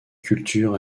culture